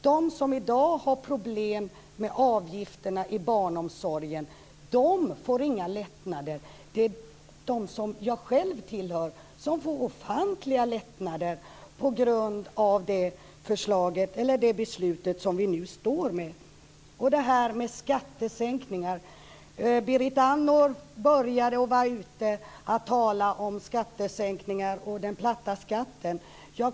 De som i dag har problem med avgifterna i barnomsorgen får inga lättnader. Den grupp som jag själv tillhör får ofantliga lättnader på grund av det beslut som nu har fattats. Berit Andnor började tala om skattesänkningar och platt skatt.